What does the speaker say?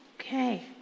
Okay